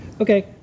Okay